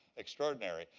extraordinary.